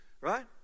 right